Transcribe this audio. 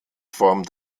form